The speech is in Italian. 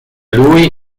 lui